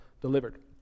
delivered